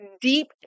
deep